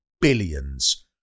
billions